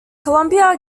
columbia